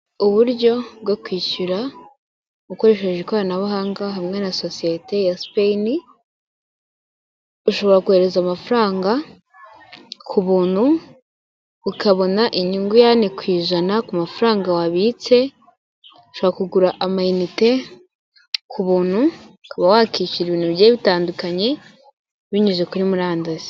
Uburyo bwo kwishyura, ukoresheje ikoranabuhanga hamwe na sosiyete ya Sipeyini, ushobora kohereza amafaranga ku buntu, ukabona inyungu y'ane ku ijana ku mafaranga wabitse, ushobora kugura amayinite ku buntu, ukaba wakishyura ibintu bigiye bitandukanye, binyuze kuri murandasi.